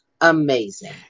Amazing